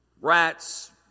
Rats